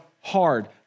hard